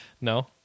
no